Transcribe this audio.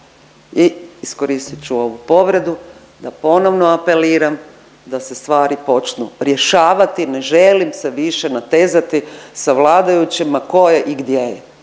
I iskoristit ću ovu povredu da ponovno apeliram da se stvari počnu rješavati ne želim se više natezati sa vladajućima tko je i gdje je.